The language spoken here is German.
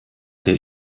der